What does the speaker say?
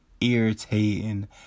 irritating